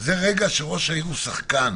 בהמשך לאור הדיון שהיה כאן.